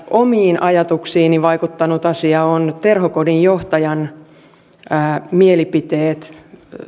omiin ajatuksiini vaikuttanut asia on terhokodin johtajan mielipiteet